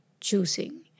choosing